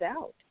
out